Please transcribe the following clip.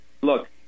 look